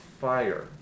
fire